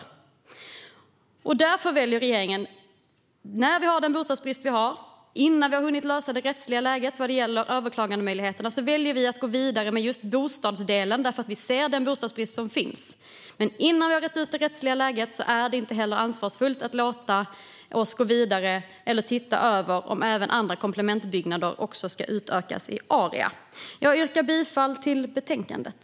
Men på grund av bostadsbristen väljer regeringen att gå vidare med just bostadsdelen, innan vi har lyckats lösa det rättsliga läget vad gäller överklagandemöjligheterna. Innan vi har rett ut det rättsliga läget är det dock inte ansvarsfullt att gå vidare och se över om även andra komplementbyggnader ska utökas i area. Jag yrkar bifall till förslaget i betänkandet.